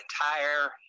entire